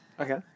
Okay